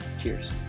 Cheers